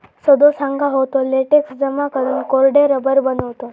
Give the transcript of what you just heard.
सदो सांगा होतो, लेटेक्स जमा करून कोरडे रबर बनवतत